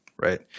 right